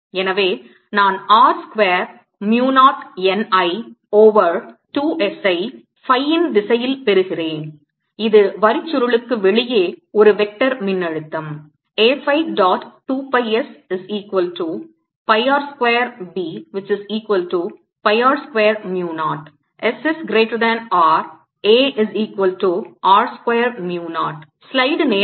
எனவே நான் R square mu 0 n I over 2 s i phi இன் திசையில் பெறுகிறேன் இது வரிச்சுருளுக்கு வெளியே ஒரு வெக்டார் மின்னழுத்தம்